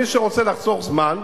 מי שרוצה לחסוך זמן,